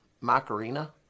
Macarena